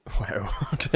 Wow